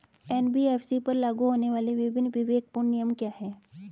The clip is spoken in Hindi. एन.बी.एफ.सी पर लागू होने वाले विभिन्न विवेकपूर्ण नियम क्या हैं?